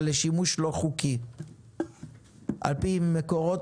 אבל לשימוש לא חוקי וזאת על פי מקורות